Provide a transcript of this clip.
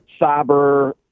cyber